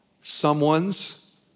someone's